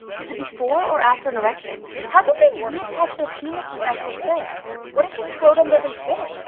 is it before or after an erection? how do men reattach their penises after sex? what if his scrotum doesn't fit?